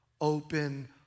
open